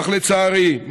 אך לצערי,